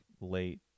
late